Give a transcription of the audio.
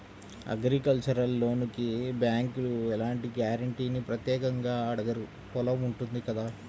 agricultural లోనుకి బ్యేంకులు ఎలాంటి గ్యారంటీనీ ప్రత్యేకంగా అడగరు పొలం ఉంటుంది కదా